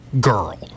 girl